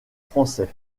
français